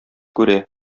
күрә